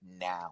now